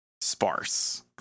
sparse